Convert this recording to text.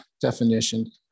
definition